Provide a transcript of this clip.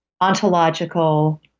ontological